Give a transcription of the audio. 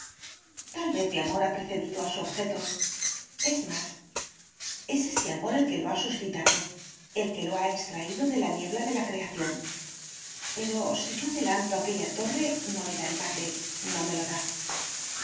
tal vez mi amor ha precedido a su objeto es más es este amor el que lo ha suscitado el que lo ha extraído de la niebla de la creación pero si yo adelanto aquella torre no me da el mate no me lo da